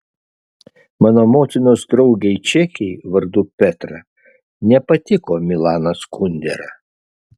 mano motinos draugei čekei vardu petra nepatiko milanas kundera